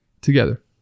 together